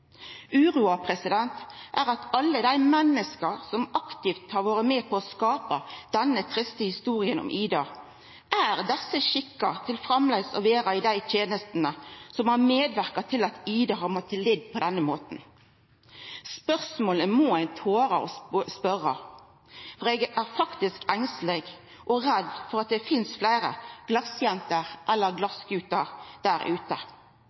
Uroa gjeld alle dei menneska som aktivt har vore med på å skapa denne triste historia om «Ida»: Er desse skikka til framleis å vera i dei tenestene som har medverka til at «Ida» har mått lida på denne måten? Spørsmålet må ein tora å stilla. For eg er faktisk engsteleg og redd for at det finst fleire «glasjenter» eller «glasgutar» der ute.